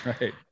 Right